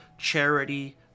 charity